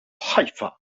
haifa